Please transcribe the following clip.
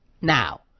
Now